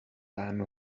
time